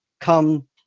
come